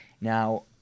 Now